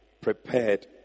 prepared